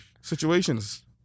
situations